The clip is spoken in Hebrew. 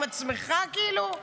עם עצמך כאילו?